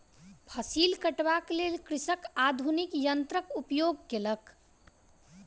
फसिल कटबाक लेल कृषक आधुनिक यन्त्रक उपयोग केलक